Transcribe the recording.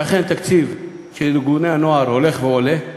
שאכן התקציב של ארגוני הנוער הולך ועולה,